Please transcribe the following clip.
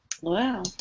Wow